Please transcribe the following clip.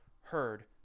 heard